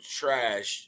trash